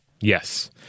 Yes